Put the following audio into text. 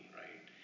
right